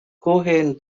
cohen